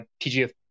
TGF